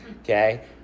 okay